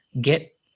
Get